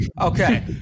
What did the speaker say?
Okay